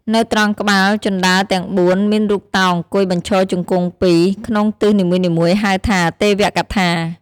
នៅត្រង់ក្បាលជណ្តើរទាំង ៤ មានរូបតោអង្គុយបញ្ឈរជង្គង់ពីរ ក្នុងទិសនីមួយៗហៅថា ទេវកថា ។